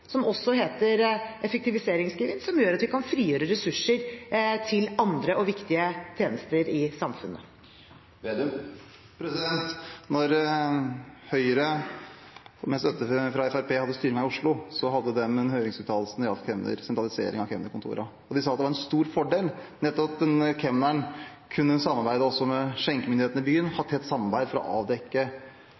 som heter effektiviseringsgevinst, som gjør at vi kan frigjøre ressurser til andre og viktige tjenester i samfunnet. Da Høyre, med støtte fra Fremskrittspartiet, hadde styringen i Oslo, hadde de en høringsuttalelse når det gjaldt sentralisering av kemnerkontorene. De sa at det var en stor fordel at kemneren kunne samarbeide med skjenkemyndighetene i byen og ha et tett samarbeid for å avdekke